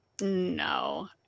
No